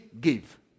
give